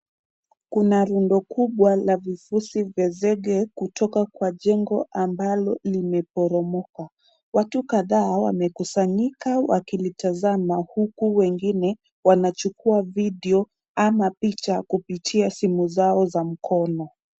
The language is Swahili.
Kuna rundo kubwa la visusi vya zigi kutoka kwa jengo ambalo limeporomoka. Watu kadhaa wamekusanyika wakilitazama huku wengine wanachukua video ama picha kupitia simu zao za mkono.